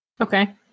Okay